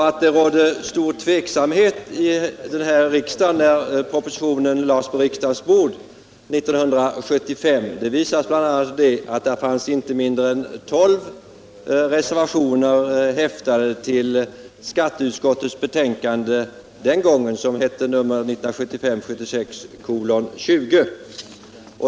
Att det rådde stor tveksamhet i riksdagen när propositionen behandlades 1975 visas bl.a. därav att det den gången fanns inte mindre än tolv reservationer fogade till skatteutskottets betänkande, 1975/76:20.